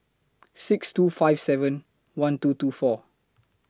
six two five seven one two two four